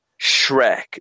Shrek